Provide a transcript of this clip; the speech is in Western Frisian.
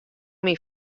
myn